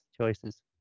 choices